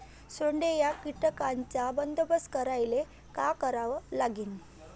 सोंडे या कीटकांचा बंदोबस्त करायले का करावं लागीन?